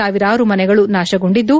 ಸಾವಿರಾರು ಮನೆಗಳು ನಾಶಗೊಂಡಿದ್ದು